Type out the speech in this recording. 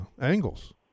angles